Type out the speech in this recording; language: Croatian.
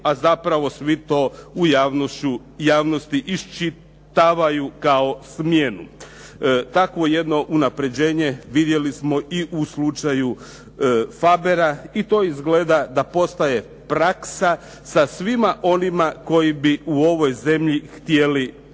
a zapravo svi to u javnosti iščitavaju kao smjenu. Takvo jedno unaprjeđenje vidjeli smo i u slučaju Fabera i to izgleda da postaje praksa sa svima onima koji bi u ovoj zemlji htjeli talasati,